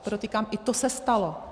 Podotýkám, i to se stalo.